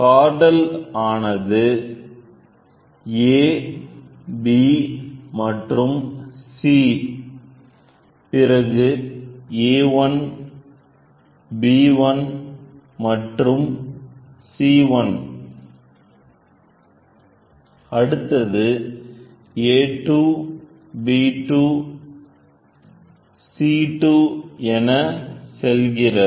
க்ரோடல் ஆனது A B மற்றும் C பிறகு A 1 B 1 மற்றும் C 1 அடுத்தது A 2 B 2 C 2 என செல்கிறது